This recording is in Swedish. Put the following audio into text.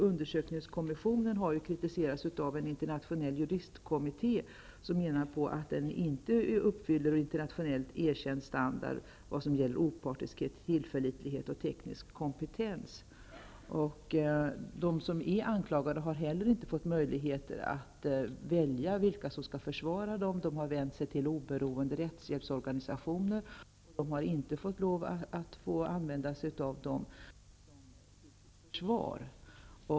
Undersökningskommissionen har kritiserats av en internationell juristkommitté, som menar att den inte uppfyller internationellt erkänd standard vad gäller opartiskhet, tillförlitlighet och teknisk kompetens. De säger att de anklagade inte heller får möjlighet att välja vilka som skall försvara dem. De har vänt sig till oberoende rättshjälpsorganisationer. Men de får inte lov att använda dem till sitt försvar.